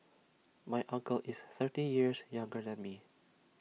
my uncle is thirty years younger than me